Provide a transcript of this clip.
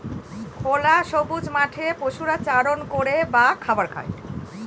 খোলা সবুজ মাঠে পশুরা চারণ করে বা খাবার খায়